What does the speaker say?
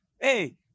Hey